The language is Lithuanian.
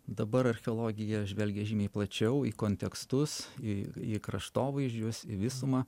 dabar archeologija žvelgia žymiai plačiau į kontekstus į į kraštovaizdžius į visumą